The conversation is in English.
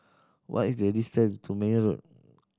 what is the distance to Meyer Road